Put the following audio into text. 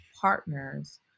partners